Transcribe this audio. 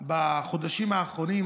בחודשים האחרונים,